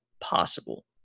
possible